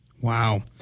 Wow